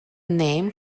name